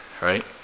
right